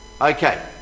okay